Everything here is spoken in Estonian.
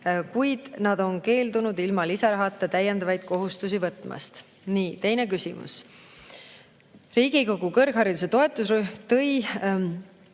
kuid nad on keeldunud ilma lisarahata täiendavaid kohustusi võtmast. Teine küsimus: "Riigikogu kõrghariduse toetusrühm tõi